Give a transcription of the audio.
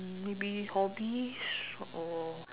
um maybe hobbies or